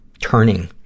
turning